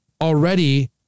already